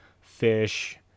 fish